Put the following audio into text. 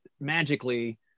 magically